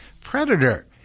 Predator